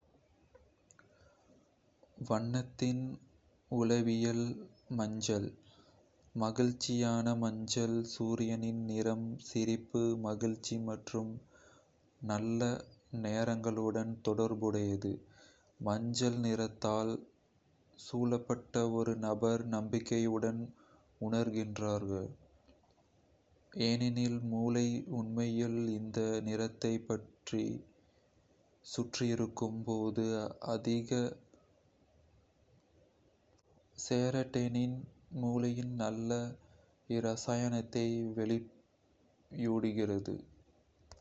வண்ணத்தின் உளவியல் மஞ்சள் மகிழ்ச்சியான மஞ்சள் சூரியனின் நிறம், சிரிப்பு, மகிழ்ச்சி மற்றும் நல்ல நேரங்களுடன் தொடர்புடையது. மஞ்சள் நிறத்தால் சூழப்பட்ட ஒரு நபர் நம்பிக்கையுடன் உணர்கிறார், ஏனெனில் மூளை உண்மையில் இந்த நிறத்தைச் சுற்றி இருக்கும் போது அதிக செரடோனின் மூளையில் நல்ல இரசாயனத்தை வெளியிடுகிறது.